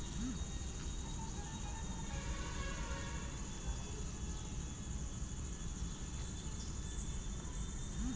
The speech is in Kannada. ಸೌಧೆಯು ದಿಮ್ಮಿ ಹಾಗೂ ಕೊಂಬೆ ರೂಪ್ದಲ್ಲಿರ್ತದೆ ಇದ್ನ ಹಲ್ವಾರು ಉಪ್ಯೋಗಕ್ಕೆ ಬಳುಸ್ಬೋದು